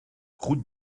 rue